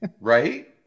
Right